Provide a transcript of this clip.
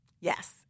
Yes